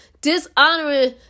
Dishonoring